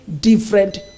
different